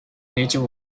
nature